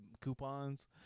coupons